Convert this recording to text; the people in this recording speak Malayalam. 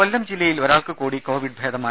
രുമ കൊല്ലം ജില്ലയിൽ ഒരാൾക്ക്കൂടി കോവിഡ് ഭേദമായി